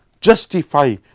justify